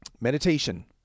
meditation